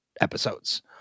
episodes